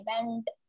event